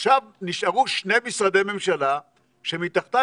עכשיו נשארו שני משרדי ממשלה שמתחתם